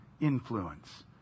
influence